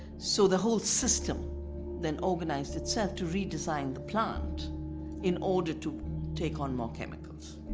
so, the whole system then organized itself to redesign the plant in order to take on more chemicals.